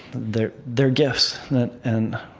they're they're gifts and